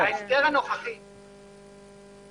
-- כי